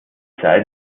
zeit